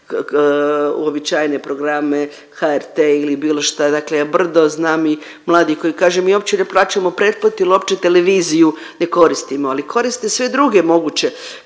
uobičajene programe HRT ili bilo šta, dakle ja brdo znam mladih koji kaže mi uopće ne plaćamo pretplatu jel uopće televiziju ne koristimo, ali koriste sve druge moguće